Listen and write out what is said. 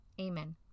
Amen